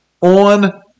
on